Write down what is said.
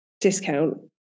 discount